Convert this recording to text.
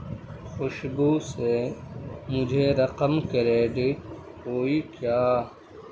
خوشبو سے مجھے رقم کریڈٹ ہوئی کیا